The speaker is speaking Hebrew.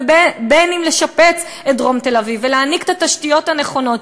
ואם לשפץ את דרום תל-אביב ולהעניק את התשתיות הנכונות